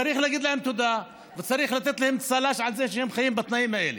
צריך להגיד להם תודה וצריך לתת להם צל"ש על זה שהם חיים בתנאים האלה.